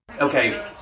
Okay